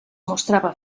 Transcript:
mostrava